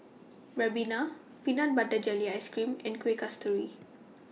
Ribena Peanut Butter Jelly Ice Cream and Kuih Kasturi